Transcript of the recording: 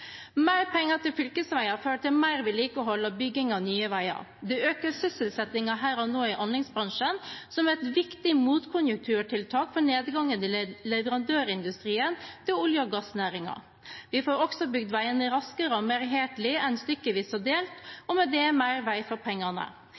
Mer penger til fylkesveier fører til mer vedlikehold og bygging av nye veier. Det øker sysselsettingen her og nå i anleggsbransjen, som er et viktig motkonjunkturtiltak for nedgangen i leverandørindustrien til olje- og gassnæringen. Vi får også bygd veiene raskere og mer helhetlig enn stykkevis og delt – og med det mer vei for pengene.